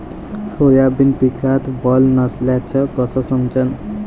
Soybean पिकात वल नसल्याचं कस समजन?